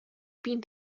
being